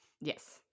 Yes